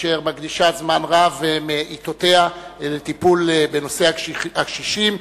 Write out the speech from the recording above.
אשר מקדישה זמן רב מעתותיה לטיפול בנושא הקשישים,